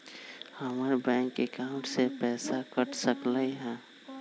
हमर bank account से पैसा कट सकलइ ह?